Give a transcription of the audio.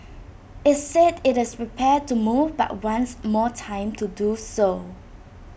IT said IT is prepared to move but wants more time to do so